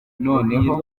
noneho